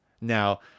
Now